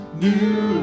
new